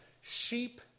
sheep